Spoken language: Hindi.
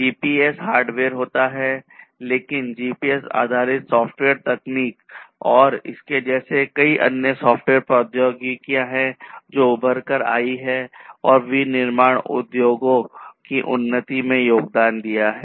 जीपीएस हार्डवेयर होता है लेकिन जीपीएस आधारित सॉफ्टवेयर तकनीक और इसके जैसे कई अन्य सॉफ्टवेयर प्रौद्योगिकियों हैं जो उभर कर आई है और विनिर्माण उद्योगों की उन्नति में योगदान किया है